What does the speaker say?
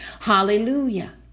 Hallelujah